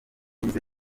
bize